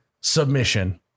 submission